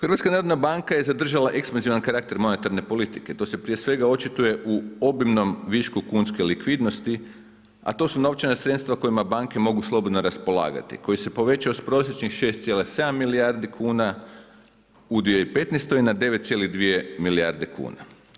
HNB je zadržala eksplicitan karakter monetarne politike, to se prije svega očituje u obilnom višku kunske likvidnosti, a to su novčana sredstva kojima banke mogu slobodno raspolagati, koji se povećao s prosječnih 6,7 milijardi kuna u 2015. na 9,2 milijarde kuna.